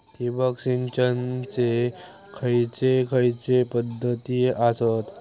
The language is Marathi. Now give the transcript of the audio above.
ठिबक सिंचनाचे खैयचे खैयचे पध्दती आसत?